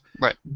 Right